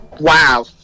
Wow